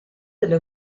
delle